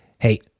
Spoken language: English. Hey